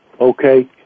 Okay